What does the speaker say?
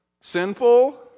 sinful